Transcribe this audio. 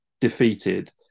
defeated